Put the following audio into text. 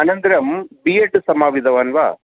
अनन्तरं B Ed समापितवान् वा